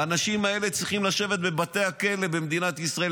האנשים האלה צריכים לשבת בבתי הכלא במדינת ישראל,